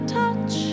touch